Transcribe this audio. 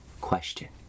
Question